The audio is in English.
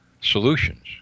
solutions